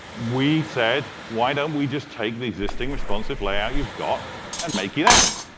we said, why don't we just take the existing responsive layout you've got and make it amp?